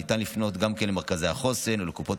ניתן לפנות גם למרכזי החוסן ולקופות